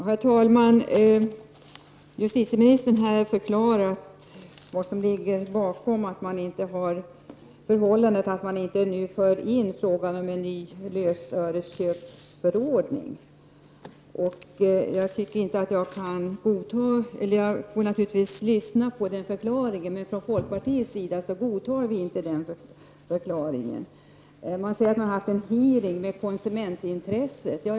Herr talman! Justitieministern har här förklarat varför man inte nu tar upp frågan om en ny lösöresköpsförordning. Från folkpartiets sida godtar vi inte den förklaringen. Man säger att man har haft en hearing med företrädare för konsumentintresset.